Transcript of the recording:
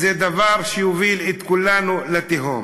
זה דבר שיוביל את כולנו לתהום.